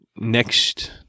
next